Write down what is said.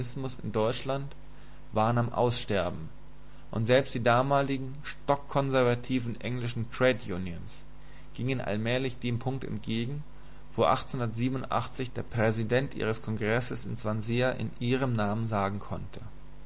in deutschland waren am aussterben und selbst die damaligen stockkonservativen englischen trades unions gingen allmählich dem punkt entgegen wo der präsident ihres kongresses in swansea in ihrem namen sagen konnte